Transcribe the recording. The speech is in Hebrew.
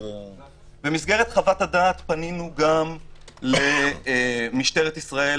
במסגרת חוות הדעת פנינו גם למשטרת ישראל